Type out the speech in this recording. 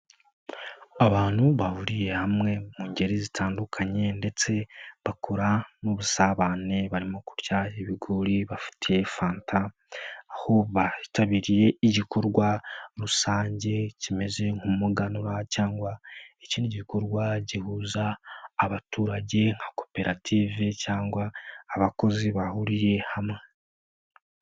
Abantu bahuriye hamwe mu ngeri zitandukanye ndetse bakora n'ubusabane barimo kurya ibigori bafitiye fanta aho bitabiriye igikorwa rusange kimeze nk'umuganura cyangwa ikindi gikorwa gihuza abaturage nka koperative cyangwa abakozi bahuriye hamwe.